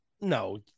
No